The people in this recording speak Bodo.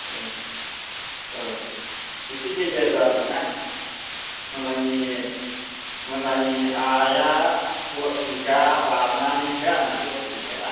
औ औ एसे गेजेर जादोंना मालायनि मालायनि हाया दस बिगा बारनानैसो आंना दस बिगाया